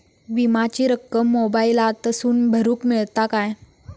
विमाची रक्कम मोबाईलातसून भरुक मेळता काय?